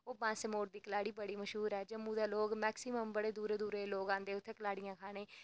ओह् बांसै मोड़ दी कलाड़ी बड़ी मश्हूर ऐ कुतै लोक मैक्सीमम बड़े दूरै दूरै दे लोक औंदे उत्थै कलाड़ियां खानै गी